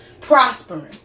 prospering